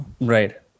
Right